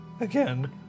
Again